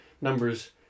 numbers